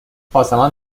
آسمان